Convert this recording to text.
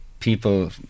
People